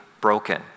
broken